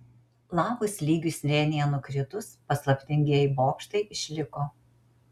lavos lygiui slėnyje nukritus paslaptingieji bokštai išliko